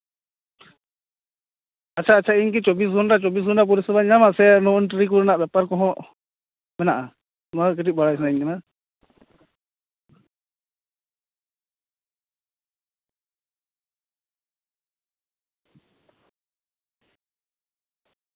ᱟᱪᱪᱷᱟ ᱟᱪᱪᱷᱟ ᱤᱧ ᱠᱤ ᱪᱚᱵᱽᱵᱤᱥ ᱜᱷᱚᱱᱴᱟ ᱨᱮ ᱪᱚᱵᱽᱵᱤᱥ ᱜᱷᱚᱱᱴᱟ ᱯᱚᱨᱤᱥᱮᱵᱟᱧ ᱧᱟᱢᱟ ᱥᱮ ᱱᱳ ᱮᱱᱴᱨᱤ ᱠᱚᱨᱮᱱᱟᱜ ᱵᱮᱯᱟᱨ ᱠᱚᱦᱚᱸ ᱢᱮᱱᱟᱜᱼᱟ ᱚᱱᱟᱜᱮ ᱠᱟᱹᱴᱤᱡ ᱵᱟᱲᱟᱭ ᱥᱟᱱᱟᱧ ᱠᱟᱱᱟ